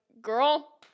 girl